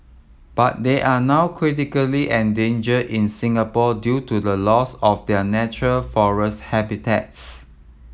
but they are now critically endangered in Singapore due to the loss of their natural forest habitats